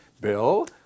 Bill